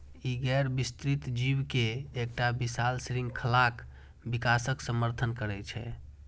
ई गैर विस्तृत जीव के एकटा विशाल शृंखलाक विकासक समर्थन करै छै